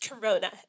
Corona